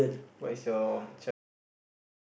what is your child child name